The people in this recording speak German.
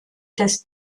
das